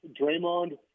Draymond